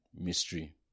Mystery